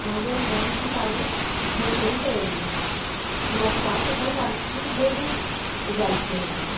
मागीर हांवेन ती साडी न्हेसून पळयली न्हेसपाक सुद्दां सारकी बरी जाली ती म्हाका